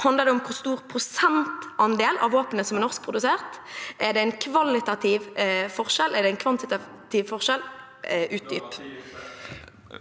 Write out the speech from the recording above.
Handler det om hvor stor prosentandel av våpenet som er norskprodusert? Er det en kvalitativ forskjell, er det en kvantitativ forskjell? Utdyp.